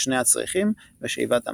"שני הצריחים" ו"שיבת המלך",